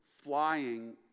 flying